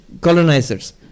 colonizers